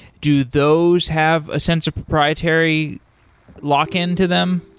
do those have a sense of proprietary lock-in to them?